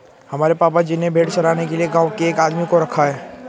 हमारे पापा जी ने भेड़ चराने के लिए गांव के एक आदमी को रखा है